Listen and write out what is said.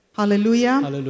hallelujah